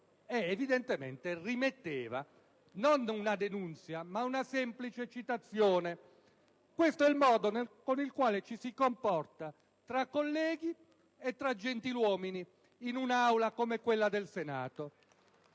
ed evidentemente rimetteva, non una denuncia, ma una semplice citazione. Questo è il modo con cui ci si comporta tra colleghi e tra gentiluomini in un'Aula come quella del Senato.